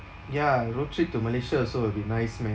ya road trip to malaysia also will be nice man